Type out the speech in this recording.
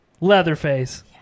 Leatherface